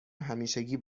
همیشگی